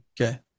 okay